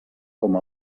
com